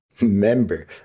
member